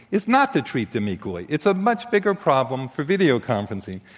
it's not to treat them equally. it's a much bigger problem for video conferencing.